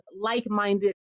like-minded